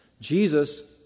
Jesus